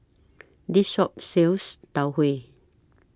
This Shop sells Tau Huay